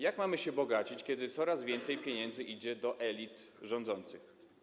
Jak mamy się bogacić, kiedy coraz więcej pieniędzy idzie do elit rządzących?